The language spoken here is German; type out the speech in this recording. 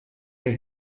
der